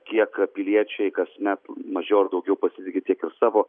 kiek piliečiai kasmet mažiau ar daugiau pasitiki tiek ir savo